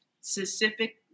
specific